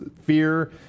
fear